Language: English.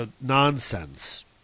nonsense